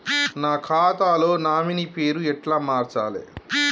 నా ఖాతా లో నామినీ పేరు ఎట్ల మార్చాలే?